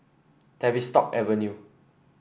Tavistock Avenue